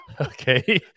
Okay